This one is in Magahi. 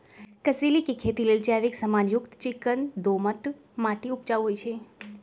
कसेलि के खेती लेल जैविक समान युक्त चिक्कन दोमट माटी उपजाऊ होइ छइ